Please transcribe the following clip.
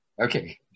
Okay